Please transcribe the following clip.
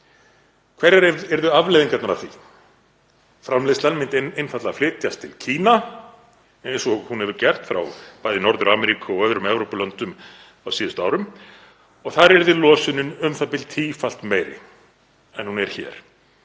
Hverjar yrðu afleiðingarnar af því? Framleiðslan myndi einfaldlega flytjast til Kína, eins og hún hefur gert frá bæði Norður-Ameríku og öðrum Evrópulöndum á síðustu árum, og þar yrði losunin u.þ.b. tífalt meiri en hún er hér.